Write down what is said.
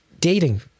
dating